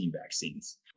vaccines